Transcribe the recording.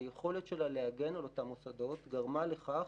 ביכולת שלה להגן על אותם מוסדות גרמה לכך